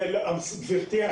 גברתי,